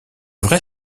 vrai